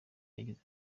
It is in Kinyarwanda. yagize